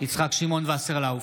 יצחק שמעון וסרלאוף,